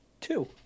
two